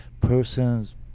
persons